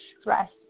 stress